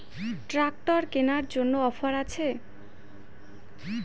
Tractor কেনার জন্য offer আছে?